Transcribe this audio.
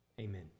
amen